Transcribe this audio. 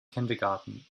kindergarten